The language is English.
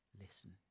listen